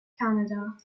canada